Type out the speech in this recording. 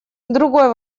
другой